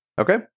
Okay